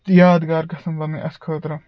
یادگار گژھن بَنٕنۍ اَسہِ خٲطرٕ